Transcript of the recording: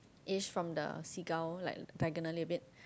is from the seagull like diagonally a bit